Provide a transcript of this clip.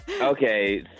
Okay